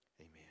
amen